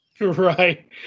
Right